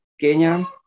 Kenya